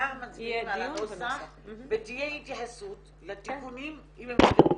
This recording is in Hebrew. מחר מצביעים על הנוסח ותהיה התייחסות לתיקונים אם הם יתקבלו.